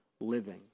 living